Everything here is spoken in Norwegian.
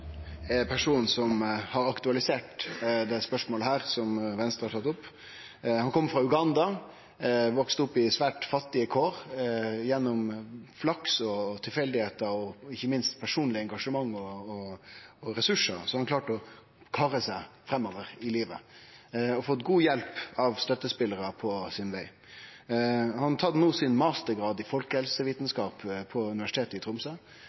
som har aktualisert spørsmålet som Venstre her har tatt opp. Han kjem frå Uganda og voks opp i svært fattige kår. Gjennom flaks og tilfeldigheitar og ikkje minst personleg engasjement og ressursar har han klart å karre seg framover i livet, med god hjelp av støttespelarar på sin veg. Han har no tatt sin mastergrad i folkehelsevitskap ved Universitetet i Tromsø